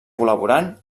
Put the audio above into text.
col·laborant